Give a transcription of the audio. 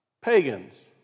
pagans